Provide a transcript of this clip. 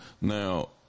Now